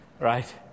right